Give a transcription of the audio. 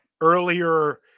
earlier